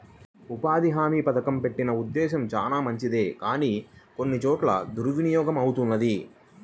ఉపాధి హామీ పథకం పెట్టిన ఉద్దేశం చానా మంచిదే కానీ కొన్ని చోట్ల దుర్వినియోగమవుతుంది